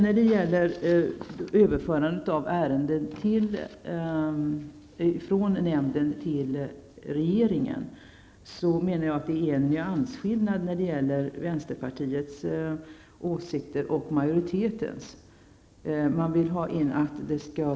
När det gäller överförandet av ärenden från nämnden till regeringen menar jag att det är en nyansskillnad mellan vänsterpartiets åsikter och utskottsmajoritetens.